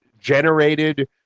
generated